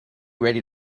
ready